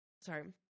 sorry